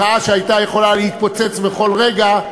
מחאה שהייתה יכולה להתפוצץ בכל רגע,